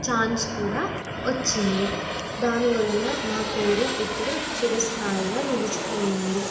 chance కూడా వచ్చింది దానివలన నా పేరు ఇప్పుడు చిరస్థాయిగా నిలిచిపోయింది